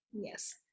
Yes